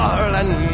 Ireland